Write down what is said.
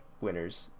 winners